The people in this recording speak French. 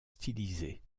stylisés